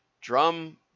Drum